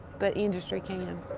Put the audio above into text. but industry can.